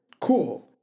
Cool